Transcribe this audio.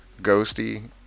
Ghosty